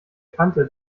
bekannte